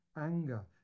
anger